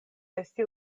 esti